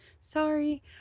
Sorry